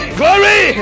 glory